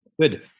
Good